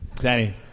Danny